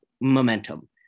momentum